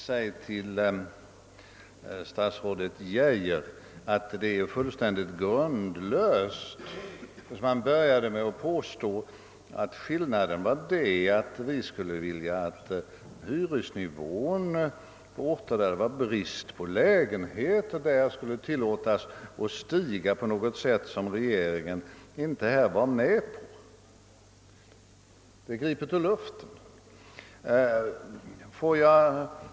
Herr talman! Statsrådet Geijer började med att påstå, att skillnaden var att vi skulle vilja att hyresnivån på orter, där det råder brist på lägenheter, skulle tillåtas att stiga på ett sätt som regeringen inte kunde gå med på. Detta är fullständigt gripet ur luften.